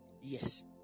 Yes